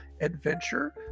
adventure